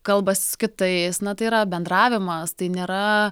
kalbasi su kitais na tai yra bendravimas tai nėra